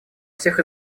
всех